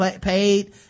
paid